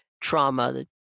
trauma